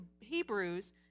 Hebrews